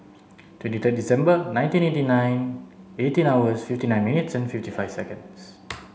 twenty third December nineteen eighty nine eighteen hours fifty nine minutes fifty five seconds